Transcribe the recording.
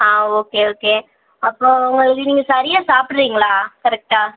ஆ okay okay அப்போ உங்களுக்கு நீங்கள் சரியாக சாப்பிட்றீங்களா கரெக்டாக